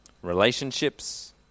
Relationships